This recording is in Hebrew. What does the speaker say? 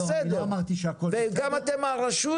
וגם אתם הרשות